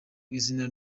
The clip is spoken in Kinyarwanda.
izina